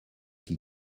qui